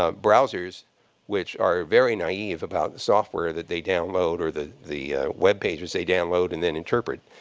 ah browsers which are very naive about software that they download or that the web pages they download and then interpret.